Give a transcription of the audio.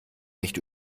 recht